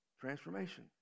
Transformation